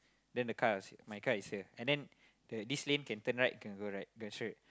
then the car was is my car is here and then the this lane can turn right can go right go straight